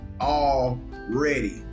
already